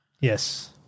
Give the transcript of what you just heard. Yes